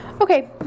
Okay